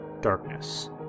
darkness